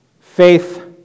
faith